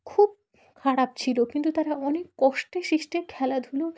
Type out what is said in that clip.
খুব খারাপ ছিল কিন্তু তারা অনেক কষ্টে সৃষ্টে খেলাধুলো